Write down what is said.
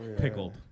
Pickled